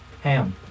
Ham